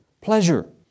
Pleasure